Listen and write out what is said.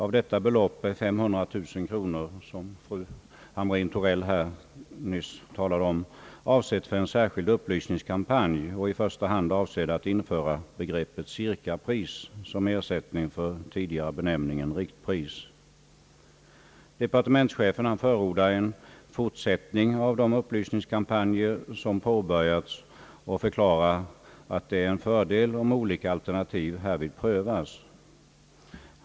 Av detta belopp är 500 000 kronor — som fru Hamrin-Thorell här nyss talade om — avsett för en särskild upplysnings kampanj med tanke på förslaget att införa begreppet cirkapris som ersättning för tidigare benämning riktpris. Departementschefen förordar en fortsättning av de upplysningskampanjer som påbörjats och förklarar att det är en fördel om olika alternativ härvid prövas.